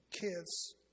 kids